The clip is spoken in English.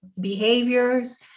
behaviors